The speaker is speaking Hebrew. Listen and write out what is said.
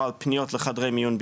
או על פניות לחדרי מיון,